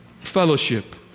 Fellowship